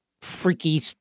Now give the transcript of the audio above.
freaky